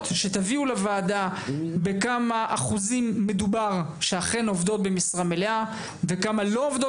שתביאו לוועדה בכמה אחוזים של עובדות במשרה מלאה אכן מדובר וכמה לא עובדות